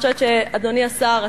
אדוני השר,